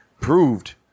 proved